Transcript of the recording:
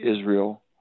Israel